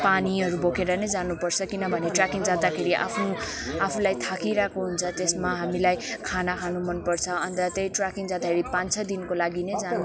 पानीहरू बोकेर नै जानुपर्छ किनभने ट्र्याकिङ जाँदाखेरि आफ्नो आफूलाई थाकिरहेको हुन्छ त्यसमा हामीलाई खाना खानु मनपर्छ अन्त त्यही ट्र्याकिङ जाँदाखेरि पाँच छ दिनको लागि नै जानु